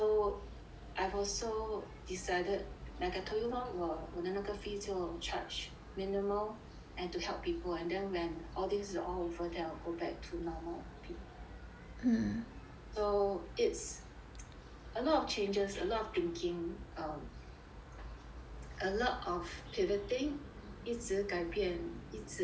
I've also decided like I told you lor about 那个 fee 就 charge minimal and to help people and then when all these is over then I'll go back to normal fee so it's a lot of changes a lot of thinking a lot of pivoting 一直改变一直 adapt